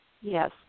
yes